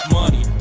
money